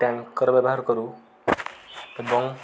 tanker ବ୍ୟବହାର କରୁ ଏବଂ